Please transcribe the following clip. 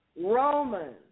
Romans